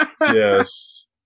Yes